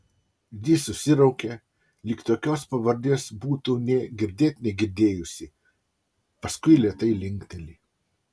ji susiraukia lyg tokios pavardės būtų nė girdėt negirdėjusi paskui lėtai linkteli